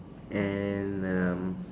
and um